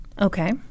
Okay